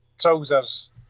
trousers